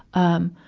um,